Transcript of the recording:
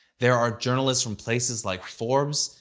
there are journalists from places like forbes,